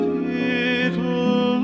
little